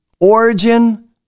origin